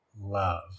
love